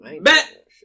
bet